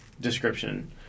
description